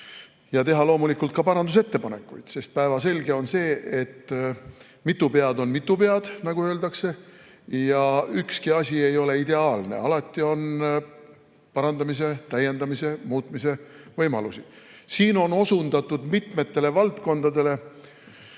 esitada loomulikult ka parandusettepanekuid. On päevselge, et mitu pead on mitu pead, nagu öeldakse, ja ükski asi ei ole ideaalne. Alati on parandamise, täiendamise, muutmise võimalusi. Siin on osundatud mitmele valdkonnale,